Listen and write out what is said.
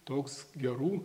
toks gerų